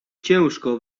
ciężko